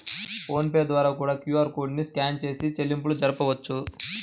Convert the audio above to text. phone pay ద్వారా కూడా QR code ని స్కాన్ చేసి చెల్లింపులు జరపొచ్చు